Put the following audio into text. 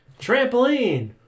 trampoline